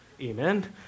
Amen